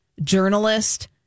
journalist